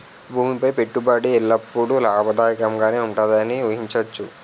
భూమి పై పెట్టుబడి ఎల్లప్పుడూ లాభదాయకంగానే ఉంటుందని ఊహించవచ్చు